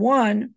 one